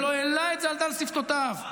ולא העלה על דל שפתותיו.